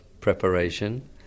preparation